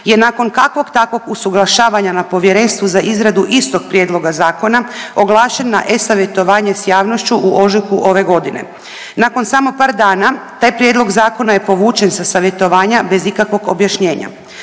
je nakon kakvog takvog usuglašavanja na Povjerenstvu za izradu istog prijedloga zakona oglašen na e-savjetovanje s javnošću u ožujku ove godine. Nakon samo par dana taj prijedlog zakona je povučen sa savjetovanja bez ikakvog objašnjenja.